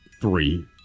three